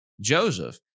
Joseph